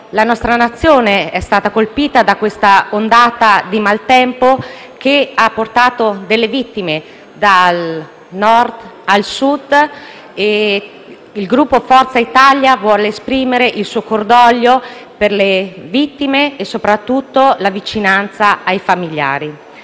la nostra Nazione è stata colpita da un'ondata di maltempo che ha portato delle vittime, dal Nord al Sud. Il Gruppo Forza Italia vuole esprimere il suo cordoglio per le vittime e soprattutto la vicinanza ai familiari.